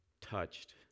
touched